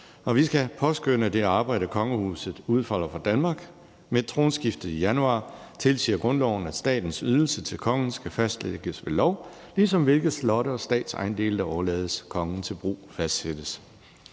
Vi skal påskønne det arbejde, kongehuset udfører for Danmark. Med tronskiftet i januar tilsiger grundloven, at statens ydelser til kongen skal fastlægges ved lov, ligesom hvilke slotte og statsejendele, der overlades kongen til brug, fastsættes.